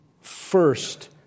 first